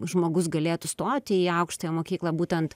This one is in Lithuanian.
žmogus galėtų stot į aukštąją mokyklą būtent